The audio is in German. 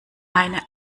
eine